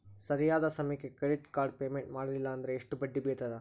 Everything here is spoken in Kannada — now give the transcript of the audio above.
ಸರಿಯಾದ ಸಮಯಕ್ಕೆ ಕ್ರೆಡಿಟ್ ಕಾರ್ಡ್ ಪೇಮೆಂಟ್ ಮಾಡಲಿಲ್ಲ ಅಂದ್ರೆ ಎಷ್ಟು ಬಡ್ಡಿ ಬೇಳ್ತದ?